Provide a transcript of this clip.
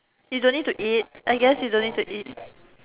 you don't need to eat I guess you don't need to eat